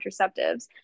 contraceptives